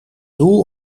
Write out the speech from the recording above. doel